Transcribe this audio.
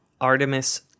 Artemis